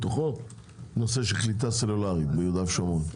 מתוכו נושא של קליטה סלולרית ביהודה ושומרון.